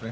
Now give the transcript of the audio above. Kl.